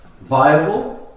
viable